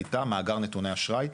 הייתה מאגר נתוני אשראי,